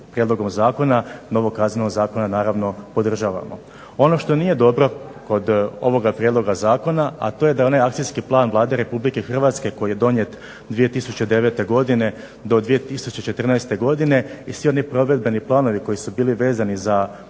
prijedlogom zakona novog Kaznenog zakona naravno podržavamo. Ono što nije dobro od ovoga prijedloga zakona, a to je da onaj Akcijski plan Vlade RH koji je donijet 2009. godine do 2014. godine i svi oni provedbeni planovi koji su bili vezani za